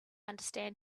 understand